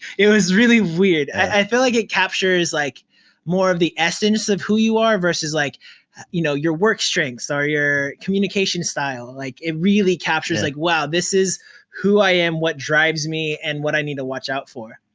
it was really weird, i feel like it captures like more of the essence of who you are verses like you know your work strengths or your communication style. and like it really captures, like, wow, this is who i am, what drives me and what i need to watch out for.